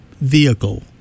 vehicle